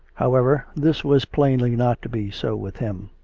however, this was plainly not to be so with him.